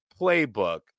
playbook